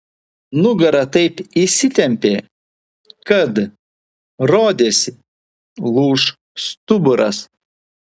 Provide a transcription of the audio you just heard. nugara taip įsitempė kad rodėsi lūš stuburas